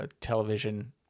television